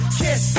kiss